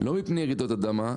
לא מפני רעידות אדמה,